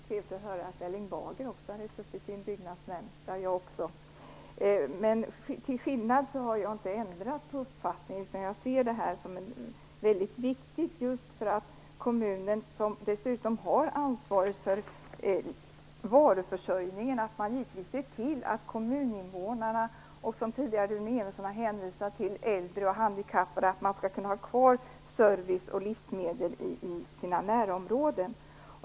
Fru talman! Det var trevligt att höra att Erling Bager har suttit i en byggnadsnämnd. Det har jag också, men till skillnad från honom har jag inte ändrat uppfattning. Jag ser det som väldigt viktigt. Kommunen, som dessutom har ansvaret för varuförsörjningen, ser givetvis till att andra kommuninvånare och, som Rune Evensson tidigare har hänvisat till, äldre och handikappade får ha kvar service och livsmedel i sina närområden.